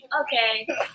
Okay